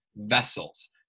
vessels